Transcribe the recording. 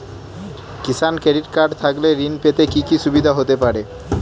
কিষান credit card থাকলে ঋণ পেতে কি কি সুবিধা হতে পারে?